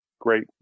Great